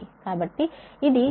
కాబట్టి ఇది VS 5